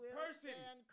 person